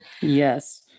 Yes